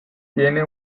tiene